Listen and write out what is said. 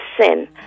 sin